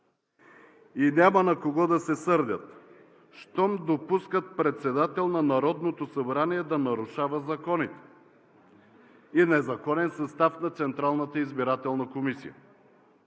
И няма на кого да се сърдят, щом допускат председател на Народното събрание да нарушава законите и незаконен състав на Централната избирателна комисия.